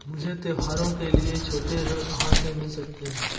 मुझे त्योहारों के लिए छोटे ऋण कहाँ से मिल सकते हैं?